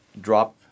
drop